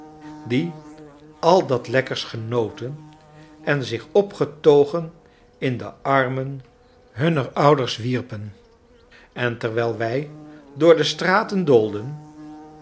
die al dat lekkers genoten en zich opgetogen in de armen hunner ouders wierpen en terwijl wij door de straten doolden